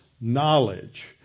knowledge